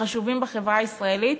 החשובים בחברה הישראלית,